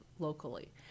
locally